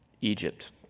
Egypt